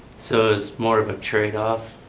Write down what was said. so, it's more of a trade off.